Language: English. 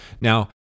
Now